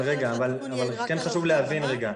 אבל רגע, כן חשוב להבין רגע.